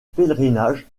pèlerinage